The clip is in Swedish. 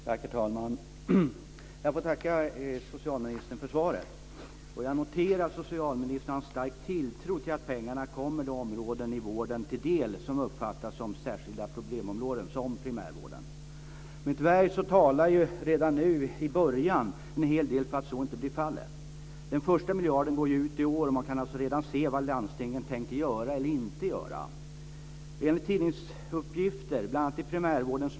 Herr talman! Jag får tacka socialministern för svaret. Jag noterar att socialministern har en stark tilltro till att pengarna kommer de områden i vården till del som uppfattas som särskilda problemområden, som primärvården. Men tyvärr talar ju redan nu i början en hel del för att så inte blir fallet. Den första miljarden går ju ut i år, och man kan redan se vad landstingen tänker göra eller inte göra.